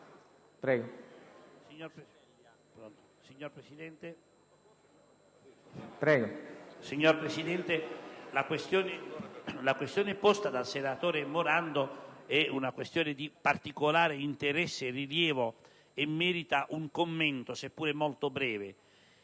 Signor Presidente, la questione posta dal senatore Morando è di particolare interesse e rilievo e merita un commento, sia pure molto breve.